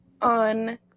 on